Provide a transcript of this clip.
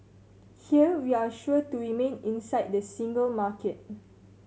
here we're sure to remain inside the single market